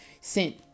sent